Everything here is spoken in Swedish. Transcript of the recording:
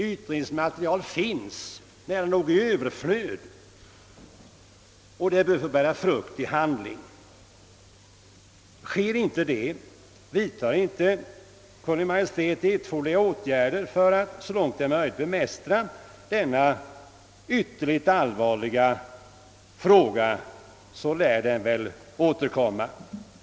Utredningsmaterial finns nära nog i överflöd och det bör få bära frukt i handling. Sker inte det, vidtar inte Kungl. Maj:t erforderliga åtgärder för att så långt det är möjligt bemästra denna ytterligt allvarliga fråga, lär den väl återkomma.